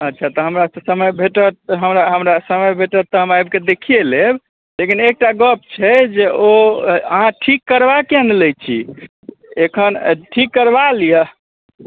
अच्छा तऽ हमरा तऽ समय भेटत तऽ हमरा समय भेटत तऽ हम आबिकऽ देखिए लेब लेकिन एकटा गप छै जे ओ अहाँ ठीक करबा किएक नहि लै छी एखन ठीक करबा लिअ